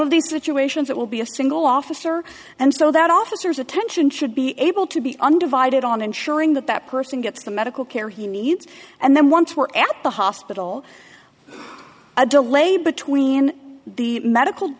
of these situations it will be a single officer and so that officers attention should be able to be undivided on ensuring that that person gets the medical care he needs and then once we're at the hospital a delay between the medical